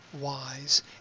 wise